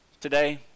today